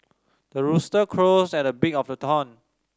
the rooster crows at the break of the dawn